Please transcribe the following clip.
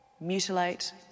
Mutilate